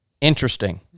interesting